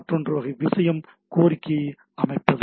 மற்றொரு வகை விஷயம் கோரிக்கையை அமைப்பது